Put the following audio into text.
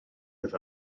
oedd